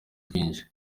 twinshi